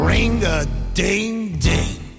Ring-a-ding-ding